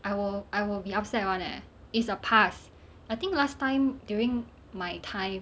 I will I will be upset [one] leh it's a pass I think last time during my time